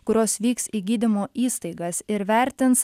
kurios vyks į gydymo įstaigas ir vertins